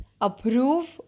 approve